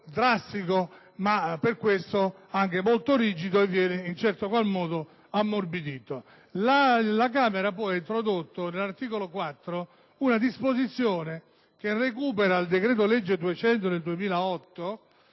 drastico, ma per questo anche molto rigido, che viene in un certo qual modo ammorbidito. La Camera poi ha tradotto nell'articolo 4 una disposizione che recupera il decreto-legge n. 200 del 2008